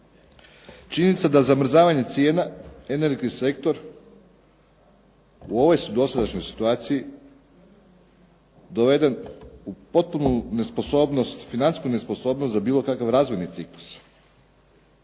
Činjenica da zamrzavanje cijena energetski sektor u ovoj su dosadašnjoj situaciji doveden u potpunu nesposobnost, financijsku nesposobnost za bilo kakav razvojni ciklus